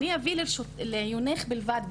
אני אביא לעיונך בלבד,